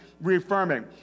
reaffirming